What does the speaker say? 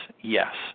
yes